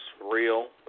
real